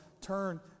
turn